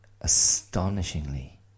Astonishingly